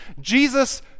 Jesus